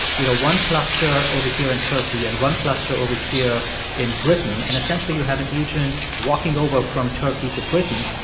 you know, one cluster over here in turkey and one cluster over here in britain. and essentially, you have an agent walking over from turkey to britain.